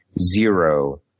Zero